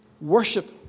worship